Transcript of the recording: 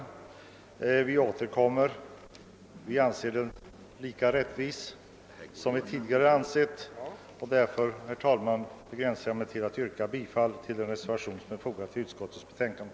Men vi återkommer, eftersom vi anser förslaget vara lika berättigat som tidigare. I övrigt, herr talman, begränsar jag mig till att yrka bifall till den reservation som fogats till utskottets betänkande.